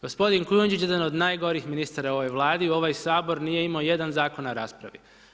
Gospodin Kujundžić jedan od najgorih ministara u ovoj Vladi u ovaj sabor nije imao jedan zakon na raspravi.